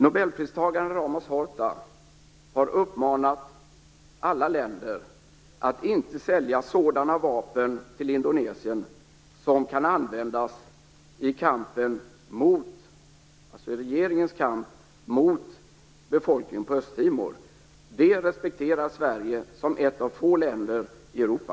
Nobelpristagaren Ramos Horta har uppmanat alla länder att inte sälja sådana vapen till Indonesien som kan användas i regeringens kamp mot befolkningen på Östtimor. Det respekterar Sverige som ett av få länder i Europa.